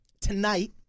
Tonight